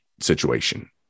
situation